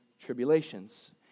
tribulations